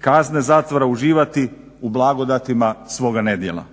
kazne zatvora uživati u blagodatima svoga nedjela.